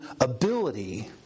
ability